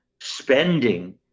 spending